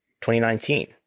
2019